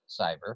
cyber